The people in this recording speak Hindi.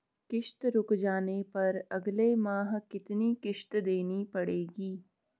किश्त रुक जाने पर अगले माह कितनी किश्त देनी पड़ेगी?